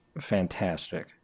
fantastic